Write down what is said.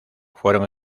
fueron